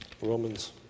Romans